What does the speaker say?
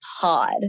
pod